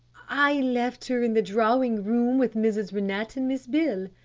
i left her in the drawing-room with mrs. rennett and miss beale.